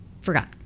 forgot